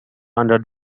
under